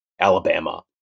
Alabama